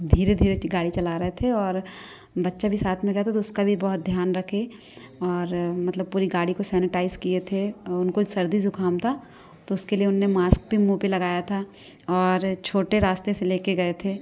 धीरे धीरे ही गाड़ी चला रहे थे और बच्चा भी साथ में गया था तो उसका भी बहुत ध्यान रखे और मतलब पूरी गाड़ी को सेनीटाइज़ किए थे उनको सर्दी ज़ुकाम था तो उसके लिए उन्होंने मास्क भी मुँह पे लगाया था और छोटे रास्ते से लेके गए थे